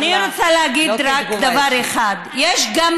אני רוצה להגיד רק דבר אחד: יש גם